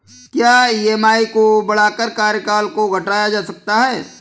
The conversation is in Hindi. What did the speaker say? क्या ई.एम.आई को बढ़ाकर कार्यकाल को घटाया जा सकता है?